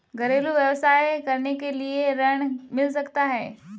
घरेलू व्यवसाय करने के लिए ऋण मिल सकता है?